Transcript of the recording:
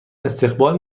استقبال